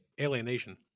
alienation